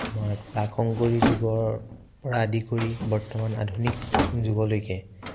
আমাৰ প্ৰাকশংকৰী যুগৰ পৰা আদি কৰি বৰ্তমান আধুনিক যুগলৈকে